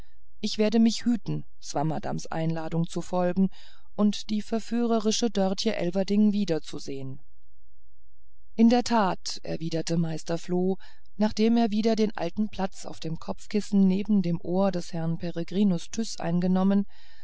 ich werde mich hüten swammerdamms einladung zu folgen und die verführerische dörtje elverdink wiederzusehen in der tat erwiderte meister floh nachdem er wieder den alten platz auf dem kopfkissen neben dem ohr des herrn peregrinus tyß eingenommen